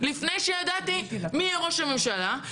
לפני שידעתי מי יהיה ראש הממשלה,